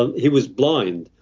and he was blind,